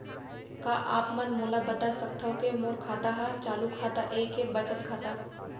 का आप मन मोला बता सकथव के मोर खाता ह चालू खाता ये के बचत खाता?